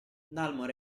dalmor